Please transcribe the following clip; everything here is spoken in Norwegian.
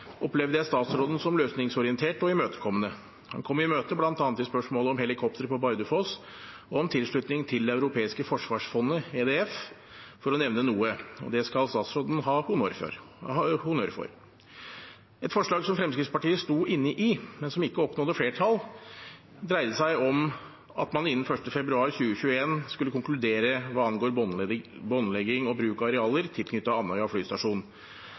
opplevde jeg statsråden som løsningsorientert og imøtekommende. Han kom oss i møte bl.a. i spørsmålene om helikopter på Bardufoss og om tilslutning til det europeiske forsvarsfondet, EDF, for å nevne noe. Det skal statsråden ha honnør for. Et forslag som Fremskrittspartiet sto inne i, men som ikke oppnådde flertall, dreide seg om at man innen 1. februar 2021 skulle konkludere hva angår båndlegging og bruk av arealer tilknyttet Andøya flystasjon.